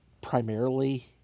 primarily